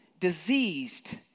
Diseased